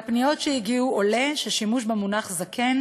מהפניות שהגיעו עולה שהשימוש במונח זקן